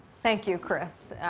thank you, chris.